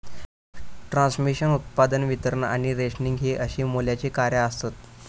transmission, उत्पादन, वितरण आणि रेशनिंग हि अशी मूल्याची कार्या आसत